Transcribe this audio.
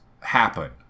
happen